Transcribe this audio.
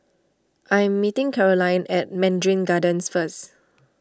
I am meeting Carolyn at Mandarin Gardens first